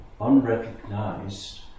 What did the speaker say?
unrecognized